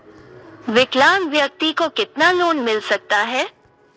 विकलांग व्यक्ति को कितना लोंन मिल सकता है?